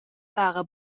para